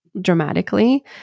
dramatically